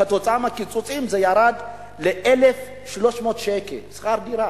כתוצאה מהקיצוצים זה ירד ל-1,300 שקל לשכר דירה.